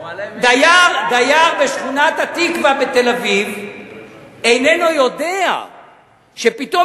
דייר בשכונת התקווה בתל-אביב איננו יודע שפתאום